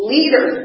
Leader